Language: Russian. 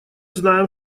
знаем